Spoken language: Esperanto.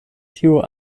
tiu